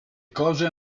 cose